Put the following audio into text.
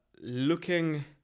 Looking